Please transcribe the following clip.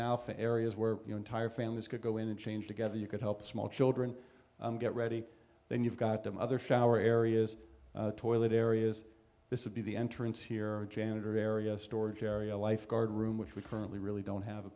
now for areas where you know entire families could go in and change together you could help small children get ready then you've got them other shower areas toilet areas this would be the entrance here janitor area storage area lifeguard room which we currently really don't have a